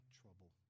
trouble